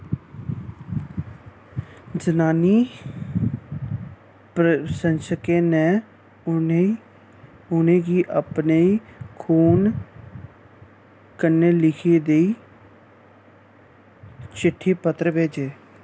जनानी प्रशंसकें ने उ'नें गी अपने खून कन्नै लिखे दे चिट्ठी पत्र भेजे